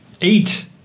eight